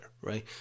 right